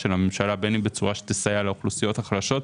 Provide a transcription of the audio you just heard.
ממשלתית או כזו שתסייע לאוכלוסיות החלשות.